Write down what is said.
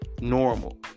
normal